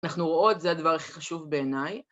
אנחנו רואות, זה הדבר הכי חשוב בעיניי.